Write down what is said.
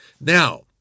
Now